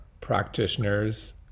practitioners